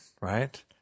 right